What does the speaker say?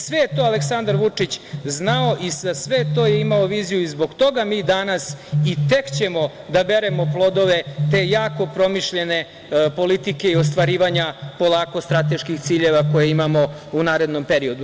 Sve je to Aleksandar Vučić znao i za sve to je imao viziju i zbog toga mi danas, i tek ćemo da beremo plodove te jako promišljene politike i ostvarivanja polako strateških ciljeva koje imamo u narednom periodu.